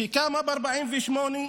שקמה ב-1948,